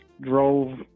drove